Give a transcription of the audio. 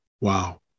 Wow